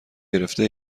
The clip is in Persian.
گرفته